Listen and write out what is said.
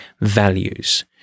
values